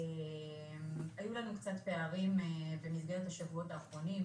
היו לנו קצת פערים במסגרת השבועות האחרונים,